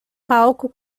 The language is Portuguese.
palco